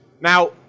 Now